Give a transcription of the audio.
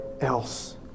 else